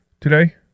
today